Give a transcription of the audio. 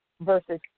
versus